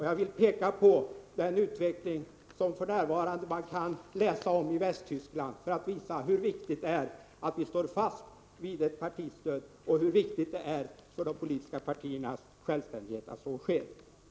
Jag vill peka på den utveckling som vi f.n. kan läsa om i Västtyskland för att visa hur viktigt det är att vi står fast vid partistödet och hur viktigt det är för de politiska partiernas självständighet att så sker.